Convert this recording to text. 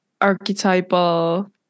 archetypal